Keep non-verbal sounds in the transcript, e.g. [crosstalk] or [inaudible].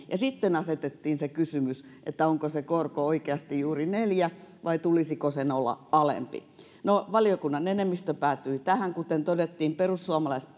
ja sitten asetettiin se kysymys että onko se korko oikeasti juuri neljä vai tulisiko sen olla alempi no valiokunnan enemmistö päätyi tähän kuten todettiin perussuomalaiset [unintelligible]